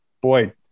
boy